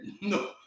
no